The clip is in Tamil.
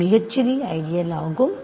இது மிகச்சிறிய ஐடியல் ஆகும்